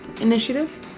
initiative